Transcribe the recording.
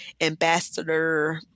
Ambassador